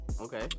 Okay